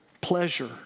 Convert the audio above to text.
pleasure